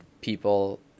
people